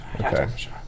Okay